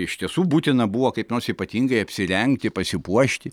iš tiesų būtina buvo kaip nors ypatingai apsirengti pasipuošti